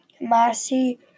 Massey